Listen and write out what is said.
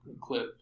CLIP